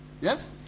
Yes